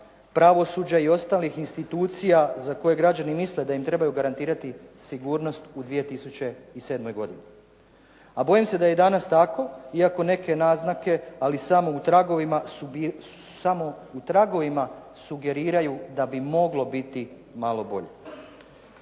pravosuđa i ostalih institucija za koje građani misle da im trebaju garantirati sigurnost u 2007. godini. A bojim se da je i danas tako, iako neke naznake, ali samo u tragovima sugeriraju da bi moglo biti malo bolje.